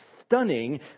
stunning